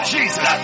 Jesus